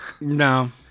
No